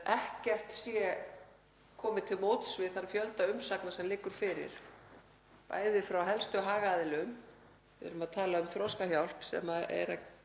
ekkert sé komið til móts við þann fjölda umsagna sem liggur fyrir frá helstu hagaðilum. Við erum að tala um Þroskahjálp, sem gætir